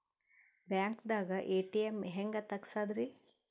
ಬ್ಯಾಂಕ್ದಾಗ ಎ.ಟಿ.ಎಂ ಹೆಂಗ್ ತಗಸದ್ರಿ?